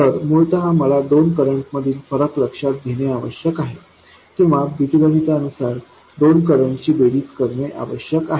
तर मूळत मला दोन करंट मधील फरक लक्षात घेणे आवश्यक आहे किंवा बीजगणितानुसार दोन करंटची बेरीज करणे आवश्यक आहे